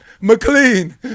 McLean